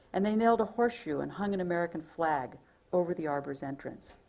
and they nailed a horse shoe and hung an american flag over the arbor's entrance.